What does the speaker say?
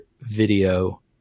video